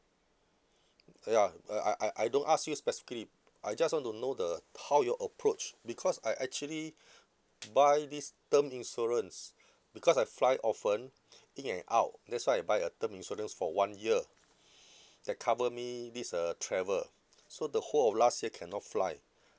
ya I I I don't ask you specifically I just want to know the how you all approach because I actually buy this term insurance because I fly often in and out that's why I buy a term insurance for one year that cover me this uh travel so the whole of last year cannot fly